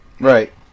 Right